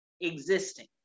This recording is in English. existing